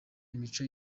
imico